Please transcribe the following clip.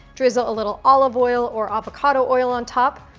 drizzle a little olive oil or avocado oil on top,